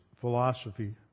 philosophy